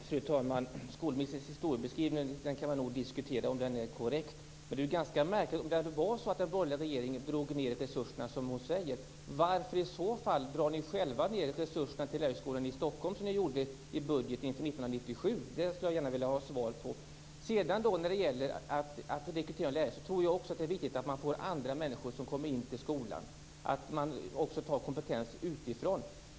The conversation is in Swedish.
Fru talman! Man kan nog diskutera om skolministerns historiebeskrivning är korrekt. Om det hade varit så att den borgerliga regeringen minskade resurserna, som hon säger, varför minskade ni i så fall själva resurserna till Lärarhögskolan i Stockholm, som ni gjorde i budgeten för 1997? Det skulle jag gärna vilja ha svar på. När det sedan gäller rekrytering av lärare tror jag det är viktigt att också andra människor kommer in i skolan, att man också tar in kompetens utifrån.